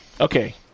Okay